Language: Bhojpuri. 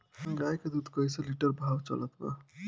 गाय के दूध कइसे लिटर भाव चलत बा?